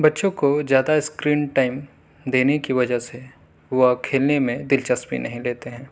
بچوں کو زیادہ اسکرین ٹائم دینے کی وجہ سے وہ کھیلنے میں دلچسپی نہیں لیتے ہیں